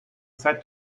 zeit